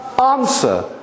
Answer